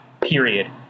period